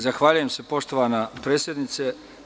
Zahvaljujem se, poštovana predsednice.